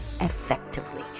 effectively